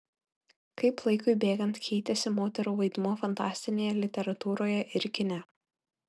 kaip laikui bėgant keitėsi moterų vaidmuo fantastinėje literatūroje ir kine